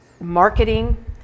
marketing